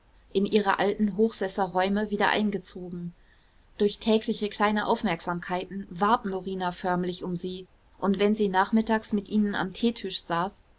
in ihre alten hochsesser räume wieder eingezogen durch tägliche kleine aufmerksamkeiten warb norina förmlich um sie und wenn sie nachmittags mit ihnen am teetisch saß